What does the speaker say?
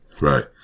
Right